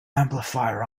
amplifier